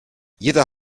jeder